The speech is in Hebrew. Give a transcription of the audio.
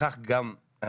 וכך גם ההפך,